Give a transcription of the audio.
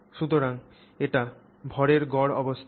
সুতরাং এটি ভরের গড় অবস্থান